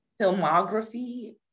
filmography